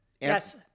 Yes